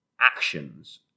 actions